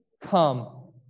come